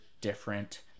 different